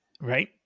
Right